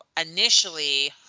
initially